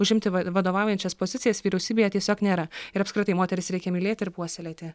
užimti va vadovaujančias pozicijas vyriausybėje tiesiog nėra ir apskritai moteris reikia mylėti ir puoselėti